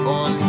on